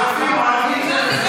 ערבים.